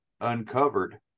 uncovered